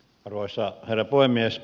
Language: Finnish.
arvoisa herra puhemies